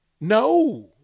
No